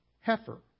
heifer